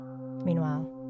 Meanwhile